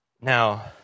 Now